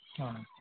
ᱚ